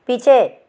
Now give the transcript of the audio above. पीछे